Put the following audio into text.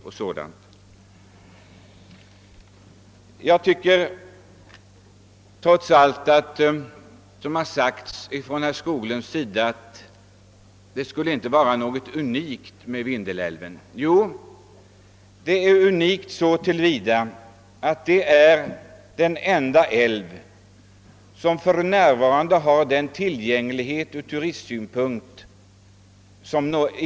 Trots allt vad herr Skoglund har yttrat om att det inte skulle vara något unikt med Vindelälven anser jag att den är unik, åtminstone så till vida att den är den enda älv som för närvarande har denna tillgänglighet ur turistsynpunkt.